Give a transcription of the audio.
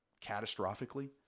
catastrophically